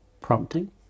prompting